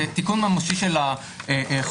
תיקון ממשי של החוק,